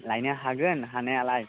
लायनो हागोन हानायालाय